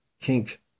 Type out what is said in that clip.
kink